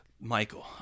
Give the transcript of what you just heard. michael